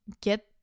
get